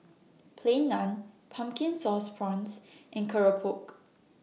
Plain Naan Pumpkin Sauce Prawns and Keropok